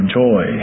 joy